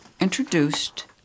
introduced